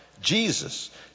Jesus